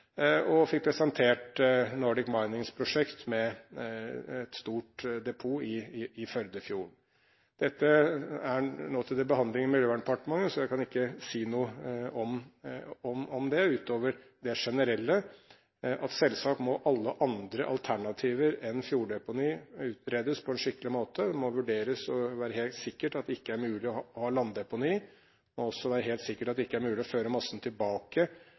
og fikk presentert Nordic Minings prosjekt med et stort depot i Førdefjorden. Dette er nå til behandling i Miljødepartementet, så jeg kan ikke si noe om det utover det generelle: Selvsagt må alle andre alternativer enn fjorddeponi utredes på en skikkelig måte. Det må vurderes, og det må være helt sikkert at det ikke er mulig å ha landdeponi. Det må også være helt sikkert at det ikke er mulig å føre massen tilbake